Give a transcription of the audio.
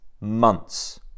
months